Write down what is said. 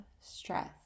stress